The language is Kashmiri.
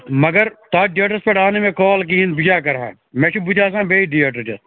مگر تَتھ ڈیٹَس پٮ۪ٹھ آو نہٕ مےٚ کال کِہیٖنٛۍ بہٕ کیٛاہ کَرٕ ہا مےٚ چھِ بُتھِ آسان بیٚیہِ ڈیٹ رٔٹِتھ